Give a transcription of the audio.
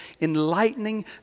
Enlightening